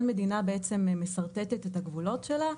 כל מדינה בעצם משרטטת את הגבולות שלה,